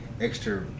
extra